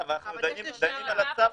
לא, אבל אנחנו דנים על הצו עכשיו.